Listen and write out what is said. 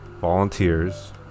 volunteers